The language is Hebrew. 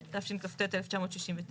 תשכ"ט-1969.